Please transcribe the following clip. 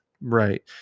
Right